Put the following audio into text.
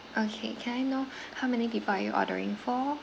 okay can I know how many people are you ordering for